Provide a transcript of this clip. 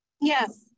Yes